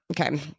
okay